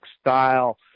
style